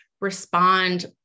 respond